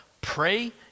pray